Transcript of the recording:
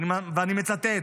ואני מצטט: